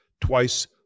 twice